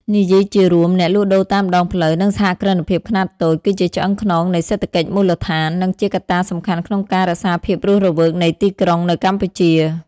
និយាយជារួម អ្នកលក់ដូរតាមដងផ្លូវ និងសហគ្រិនភាពខ្នាតតូច គឺជាឆ្អឹងខ្នងមួយនៃសេដ្ឋកិច្ចមូលដ្ឋាន និងជាកត្តាសំខាន់ក្នុងការរក្សាភាពរស់រវើកនៃទីក្រុងនៅកម្ពុជា ។